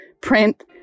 print